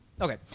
Okay